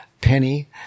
Penny